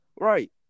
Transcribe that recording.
right